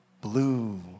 Blue